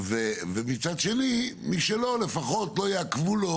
ומצד שני, מי שלא, לפחות לא יעכבו לו